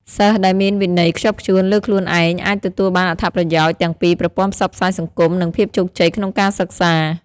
សិស្សដែលមានវិន័យខ្ជាប់ខ្ជួនលើខ្លួនឯងអាចទទួលបានអត្ថប្រយោជន៍ទាំងពីប្រព័ន្ធផ្សព្វផ្សាយសង្គម និងភាពជោគជ័យក្នុងការសិក្សា។